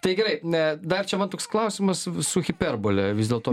tai gerai dar čia man toks klausimas su hiperbole vis dėlto